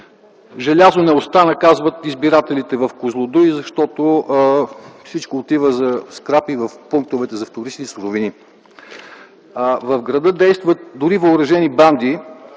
„Желязо не остана”, казват избирателите в Козлодуй, „защото всичко отива за скраб и в пунктовете за вторични суровини”. В града действат дори и въоръжени банди.